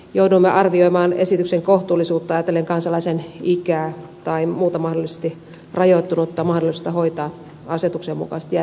jouduimme arvioimaan esityksen kohtuullisuutta ajatellen kansalaisen ikää tai muuta mahdollisesti rajoittunutta mahdollisuutta hoitaa asetuksen mukaiset järjestelmät kuntoon